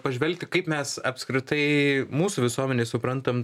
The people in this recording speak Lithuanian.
pažvelgti kaip mes apskritai mūsų visuomenėj suprantam